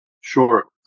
Sure